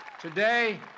Today